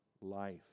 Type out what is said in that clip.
life